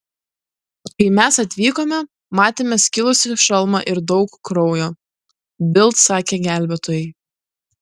kai mes atvykome matėme skilusį šalmą ir daug kraujo bild sakė gelbėtojai